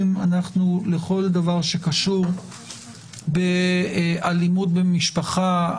בכל דבר שקשור באלימות במשפחה,